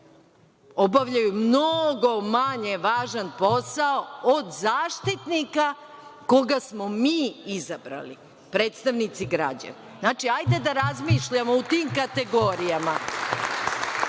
obavljaju mnogo manje važan posao od Zaštitnika koga smo mi izabrali, predstavnici građana. Znači, hajde da razmišljamo o tim kategorijama. Da